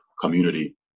community